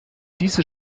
diese